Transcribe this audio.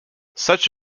such